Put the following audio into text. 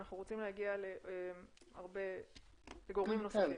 אנחנו רוצים להגיע לגורמים נוספים.